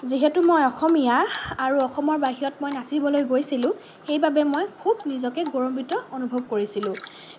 যিহেতু মই অসমীয়া আৰু অসমৰ বাহিৰত মই নাচিবলৈ গৈছিলোঁ সেইবাবে মই খুব নিজকে বহুত গৌৰৱান্বিত অনুভৱ কৰিছিলোঁ